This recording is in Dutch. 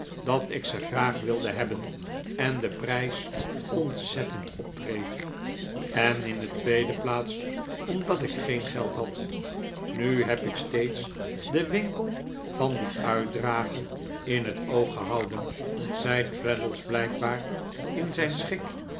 dat ik ze graag wilde hebben en den prijs ontzettend opdreef en in de tweede plaats omdat ik geen geld had nu heb ik steeds den winkel van dien uitdrager in het oog gehouden zei traddles blijkbaar in zijn schik